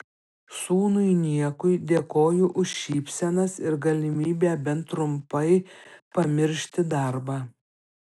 sūnui niekui dėkoju už šypsenas ir galimybę bent trumpai pamiršti darbą